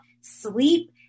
sleep